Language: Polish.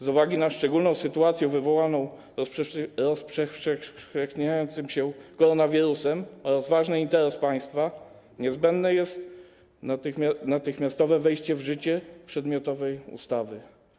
Z uwagi na szczególną sytuację wywołaną rozprzestrzeniającym się koronawirusem oraz ważny interes państwa niezbędne jest natychmiastowe wejście w życie przedmiotowej ustawy.